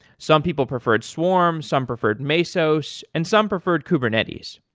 some people preferred swarm, some preferred mesos and some preferred kubernetes,